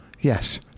Yes